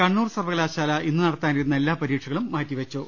കണ്ണൂർ സർവകലാശാല ഇന്ന് നടത്താനിരുന്ന എല്ലാ പരീക്ഷ കളും മാറ്റിവെച്ചു